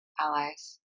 allies